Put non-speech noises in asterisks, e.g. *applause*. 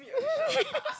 *laughs*